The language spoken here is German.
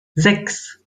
sechs